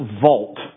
vault